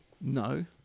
No